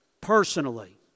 personally